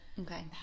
okay